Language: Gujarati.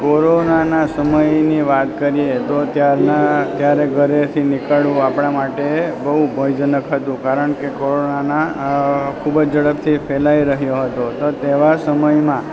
કોરોનાના સમયની વાત કરીએ તો ત્યારના ત્યારે ઘરેથી નીકળવું આપણા માટે બહુ ભયજનક હતું કારણ કે કોરોનાના ખૂબ જ ઝડપથી ફેલાઈ રહ્યો હતો તો તેવા સમયમાં